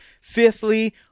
Fifthly